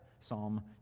Psalm